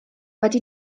wedi